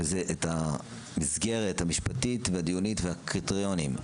שזה את המסגרת המשפטית והדיונית והקריטריונים.